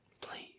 Please